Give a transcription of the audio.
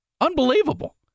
unbelievable